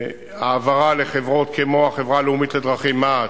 העברה לחברות כמו החברה הלאומית לדרכים, מע"צ,